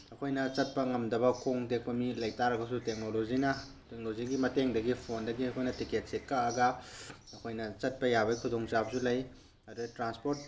ꯑꯩꯈꯣꯏꯅ ꯆꯠꯄ ꯉꯝꯗꯕ ꯈꯣꯡ ꯇꯦꯛꯄ ꯃꯤ ꯂꯩ ꯇꯥꯔꯒꯁꯨ ꯇꯦꯛꯅꯣꯂꯣꯖꯤꯅ ꯇꯦꯛꯅꯣꯂꯣꯖꯤꯒꯤ ꯃꯇꯦꯡꯗꯒꯤ ꯐꯣꯟꯗꯒꯤ ꯑꯩꯈꯣꯏꯅ ꯇꯤꯛꯀꯦꯠꯁꯦ ꯀꯛꯑꯒ ꯑꯩꯈꯣꯏꯅ ꯆꯠꯄ ꯌꯥꯕꯒꯤ ꯈꯨꯗꯣꯡꯆꯥꯕꯁꯨ ꯂꯩ ꯑꯗ ꯇ꯭ꯔꯥꯟꯁꯄꯣꯠ